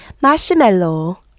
marshmallow